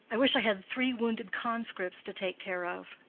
i wish i had three wounded conscripts to take care of.